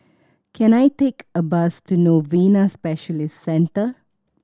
can I take a bus to Novena Specialist Center